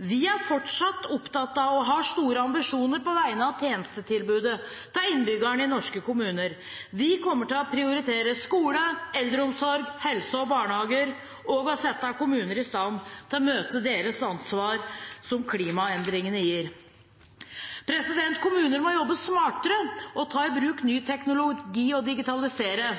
Vi er fortsatt opptatt av å ha store ambisjoner på vegne av tjenestetilbudet til innbyggerne i norske kommuner. Vi kommer til å prioritere skole, eldreomsorg, helse og barnehager og å sette kommuner i stand til å møte det ansvaret som klimaendringene gir. Kommuner må jobbe smartere, ta i bruk ny teknologi og digitalisere.